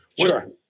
Sure